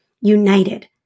United